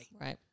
Right